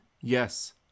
Yes